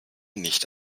nicht